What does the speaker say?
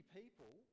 people